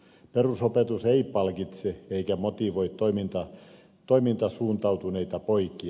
perusopetus ei palkitse eikä motivoi toimintasuuntautuneita poikia